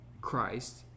Christ